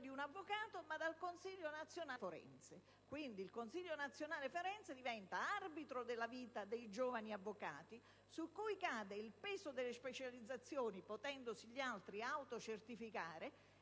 giustizia ma dal Consiglio nazionale forense. Quindi, il Consiglio nazionale forense diventa arbitro della vita dei giovani avvocati e su di essi cade il peso delle specializzazioni, potendosi gli altri autocertificare